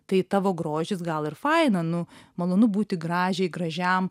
tai tavo grožis gal ir faina nu malonu būti gražiai gražiam